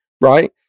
right